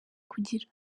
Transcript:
kugira